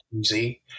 easy